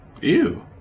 Ew